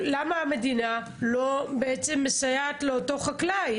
- למה המדינה בעצם לא מסייעת לאותו חקלאי?